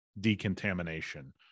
decontamination